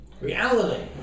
reality